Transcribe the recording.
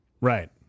Right